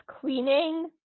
cleaning